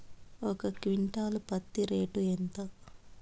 ఒక క్వింటాలు పత్తి రేటు ఎంత?